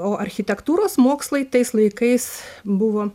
o architektūros mokslai tais laikais buvo